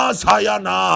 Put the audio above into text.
sayana